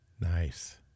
nice